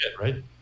right